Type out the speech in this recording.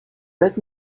let